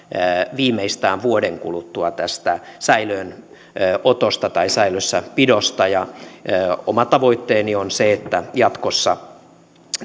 viimeistään vuoden kuluttua tästä säilöönotosta tai säilössäpidosta jos hänen karkottamisensa kotimaahan ei onnistu oma tavoitteeni on se että jatkossa